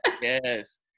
Yes